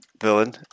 villain